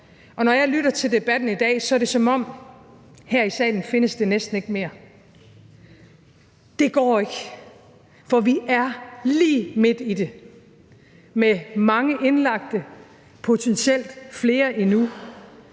Når jeg lytter til debatten i dag her i salen, er det, som om det næsten ikke findes mere. Det går ikke, for vi er lige midt i det med mange indlagte, potentielt flere endnu,